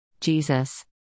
Jesus